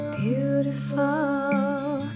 beautiful